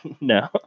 No